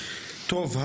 טוב,